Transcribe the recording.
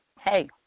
Hey